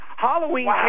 Halloween